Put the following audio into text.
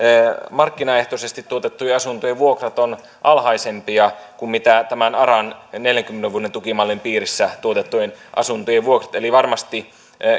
markkinaehtoisesti tuotettujen asuntojen vuokrat ovat alhaisempia kuin tämän aran neljänkymmenen vuoden tukimallin piirissä tuotettujen asuntojen vuokrat eli varmasti